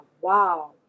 wow